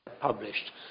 published